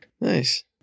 Nice